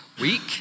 week